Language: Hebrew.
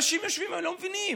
הרי אנשים יושבים ולא מבינים,